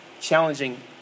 challenging